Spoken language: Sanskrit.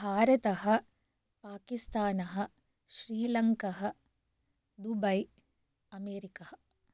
भारतम् पाकिस्तानः श्रीलङ्का दुबै अमेरिका